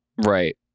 Right